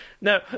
No